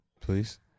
please